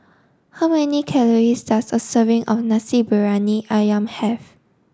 how many calories does a serving of Nasi Briyani Ayam have